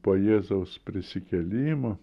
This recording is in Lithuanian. po jėzaus prisikėlimo